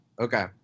Okay